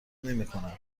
نمیکند